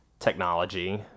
technology